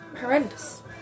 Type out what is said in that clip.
horrendous